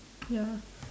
ya